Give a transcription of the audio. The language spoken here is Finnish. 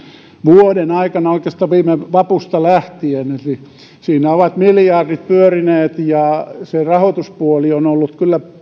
vuoden aikana oikeastaan viime vapusta lähtien siinä ovat miljardit pyörineet ja rahoituspuoli on ollut kyllä